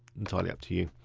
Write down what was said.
entirely up to you.